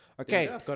Okay